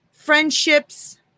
friendships